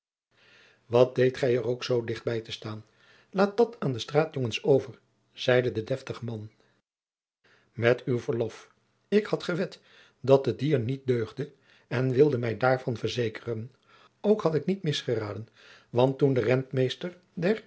wat deedt gij er ook zoo dicht bij te staan laat dat aan de straatjongens over zeide de deftige man met uw verlof ik had gewed dat het dier niet deugde en wilde mij daarvan verzekeren ook had ik niet misgeraden want toen de rentmeester